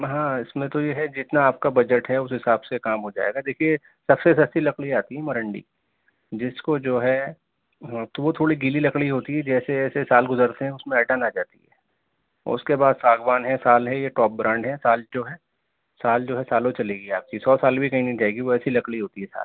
ہاں اس میں تو یہ ہے جتنا آپ کا بجٹ ہے اس حساب سے کام ہو جائے گا دیکھیے سب سے سستی لکڑی آتی ہے مرنڈی جس کو جو ہے ہاں تو وہ تھوڑی گیلی لکڑی ہوتی ہے جیسے جیسے سال گزرتے ہیں اس میں ایٹان آ جاتی ہے اس کے بعد ساگوان ہیں سال ہے یہ ٹاپ برانڈ ہے سال جو ہے سال جو ہے سالوں چلے گی آپ کی سو سال بھی کہیں نہیں جائے گی وہ ایسی لکڑی ہوتی ہے سال